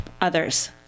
others